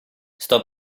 sto